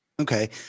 Okay